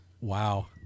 Wow